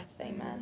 Amen